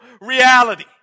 reality